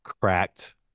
cracked